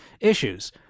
issues